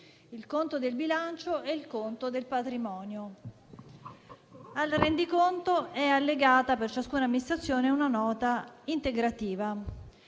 il conto del bilancio e il conto del patrimonio. Al rendiconto è allegata, per ciascuna amministrazione, una nota integrativa.